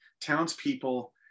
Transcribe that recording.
townspeople